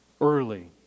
early